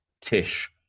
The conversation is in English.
Tish